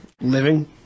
Living